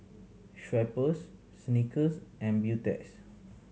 Schweppes Snickers and Beautex